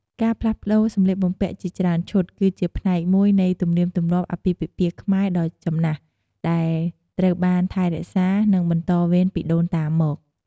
ការផ្លាស់ប្ដូរសម្លៀកបំពាក់ជាច្រើនឈុត គឺជាផ្នែកមួយនៃ ទំនៀមទម្លាប់អាពាហ៍ពិពាហ៍ខ្មែរដ៏ចំណាស់ ដែលត្រូវបានថែរក្សា និងបន្តវេនពីដូនតាមក។